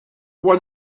what